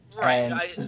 Right